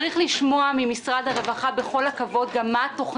צריך לשמוע ממשרד הרווחה מה התכנית.